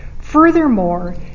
Furthermore